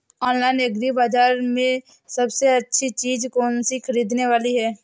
Online agri बाजार में सबसे अच्छी चीज कौन सी ख़रीदने वाली है?